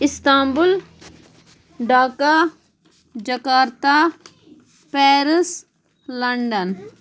Istanbul Dhaka Jakarta Paris London